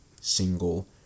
single